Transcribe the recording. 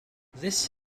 this